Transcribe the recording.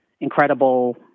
incredible